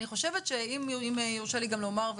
אם יורשה לי גם לומר,